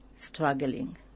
struggling